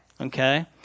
okay